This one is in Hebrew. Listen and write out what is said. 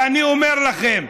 ואני אומר לכם: